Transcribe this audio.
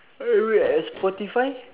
at spotify